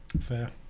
Fair